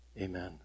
Amen